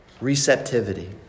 receptivity